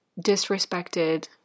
disrespected